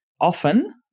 often